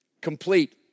complete